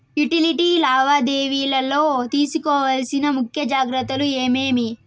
Utility లావాదేవీల లో తీసుకోవాల్సిన ముఖ్య జాగ్రత్తలు ఏమేమి?